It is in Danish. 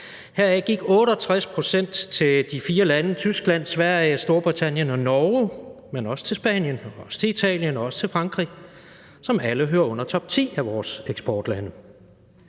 Heraf gik 68 pct. til de fire lande Tyskland, Sverige, Storbritannien og Norge, men også til Spanien og også til Italien og også til Frankrig, som alle hører til i topti af vores eksportlande.